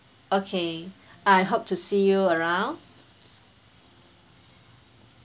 okay I hope to see you around